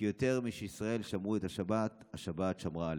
כי יותר משישראל שמרו את השבת, השבת שמרה עליהם.